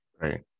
Right